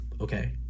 okay